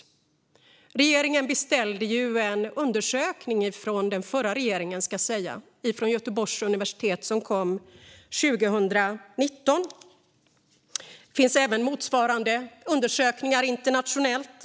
Den förra regeringen beställde en undersökning från Göteborgs universitet som kom 2019. Det finns även motsvarande undersökningar internationellt.